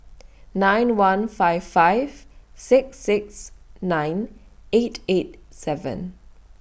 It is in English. nine one five five six six nine eight eight seven